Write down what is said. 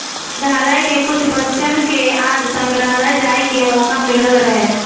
विद्यालय के कुछ बच्चन के आज संग्रहालय जाए के मोका मिलल रहे